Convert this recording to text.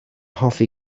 hoffi